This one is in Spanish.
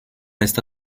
esta